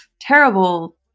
terrible